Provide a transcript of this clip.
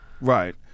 Right